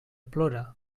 plora